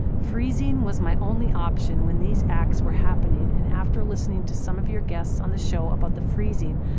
freezing was my only option when these acts were happening and after listening to some of your guests on the show about the freezing,